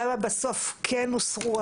למה בסוף כן הוסרו?